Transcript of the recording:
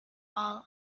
ball